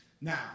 Now